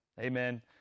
Amen